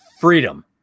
freedom